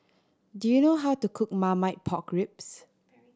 do you know how to cook Marmite Pork Ribs